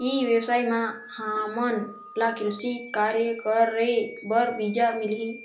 ई व्यवसाय म हामन ला कृषि कार्य करे बर बीजा मिलही?